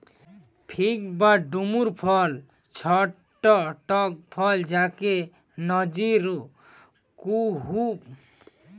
fig বা ডুমুর ফল ছট্ট টক ফল যাকে নজির কুহু